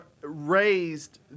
raised